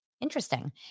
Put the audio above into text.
Interesting